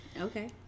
okay